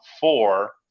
four